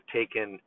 taken